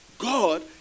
God